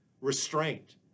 restraint